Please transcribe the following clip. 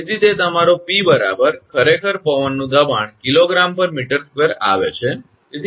તેથી તે તમારો 𝑝 ખરેખર પવનનું દબાણ 𝐾𝑔 𝑚2 આવે છે